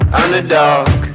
underdog